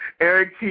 Eric